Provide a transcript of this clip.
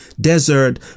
desert